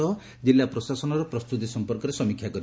ଉଭୟ ଜିଲ୍ଲା ପ୍ରଶାସନର ପ୍ରସ୍ତୁତି ସମ୍ମର୍କରେ ସମୀକ୍ଷା କରିଛନ୍ତି